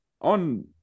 on